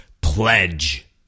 pledge